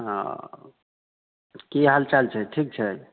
हँ की हाल चाल छै ठीक छै